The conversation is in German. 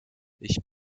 ich